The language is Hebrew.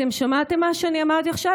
אתם שמעתם מה שאני אמרתי עכשיו?